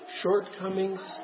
shortcomings